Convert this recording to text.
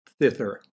thither